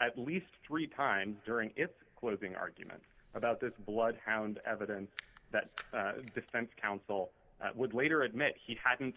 at least three times during its closing arguments about this bloodhound evidence that the defense counsel would later admit he hadn't